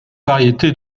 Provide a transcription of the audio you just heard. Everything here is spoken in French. variété